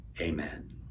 amen